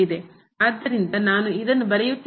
ಆದ್ದರಿಂದ ನಾನು ಅದನ್ನು ಬರೆಯುತ್ತೇನೆ